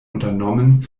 unternommen